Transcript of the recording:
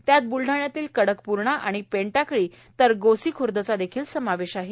त्यात ब्लढाण्यातील कडकपूर्णा आणि पेंडटाकळी तर गोसिखूर्दचा देखील समावेश आहे